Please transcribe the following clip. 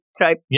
type